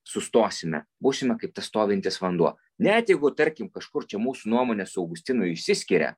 sustosime būsime kaip tas stovintis vanduo net jeigu tarkim kažkur čia mūsų nuomonės su augustinu išsiskiria